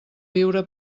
viure